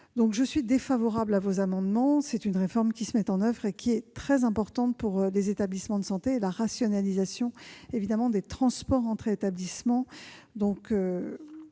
à l'ensemble de ces amendements. C'est une réforme qui se met en oeuvre, elle est très importante pour les établissements de santé et la rationalisation des transports entre établissements.